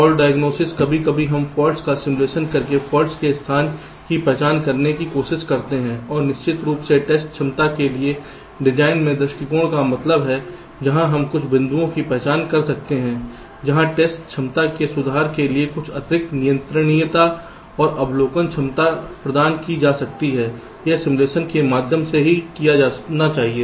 fault diagnosis कभी कभी हम फॉल्ट्स का सिमुलेशन करके फाल्ट के स्थान की पहचान करने की कोशिश करते हैं और निश्चित रूप से टेस्ट क्षमता के लिए डिजाइन में दृष्टिकोण का मतलब है जहां हम कुछ बिंदुओं की पहचान कर सकते हैं जहां टेस्ट क्षमता में सुधार के लिए कुछ अतिरिक्त नियंत्रणीयता और अवलोकन क्षमता प्रदान की जा सकती है यह सिमुलेशन के माध्यम से फिर से किया जाना चाहिए